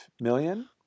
million